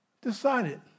decided